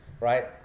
right